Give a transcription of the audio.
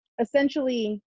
essentially